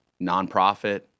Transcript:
Nonprofit